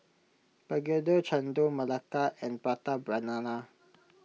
Begedil Chendol Melaka and Prata Banana